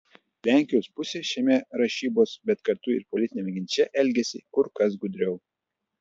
lenkijos pusė šiame rašybos bet kartu ir politiniame ginče elgiasi kur kas gudriau